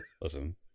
listen